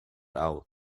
out